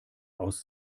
aus